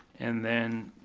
and then,